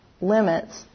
limits